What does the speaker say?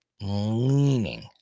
Leaning